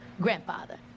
grandfather